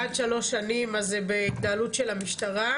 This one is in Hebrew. עד שלוש שנים אז זה בהתנהלות של המשטרה,